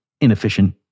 inefficient